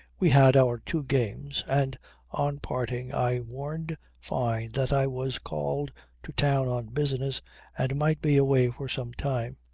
we had our two games and on parting i warned fyne that i was called to town on business and might be away for some time.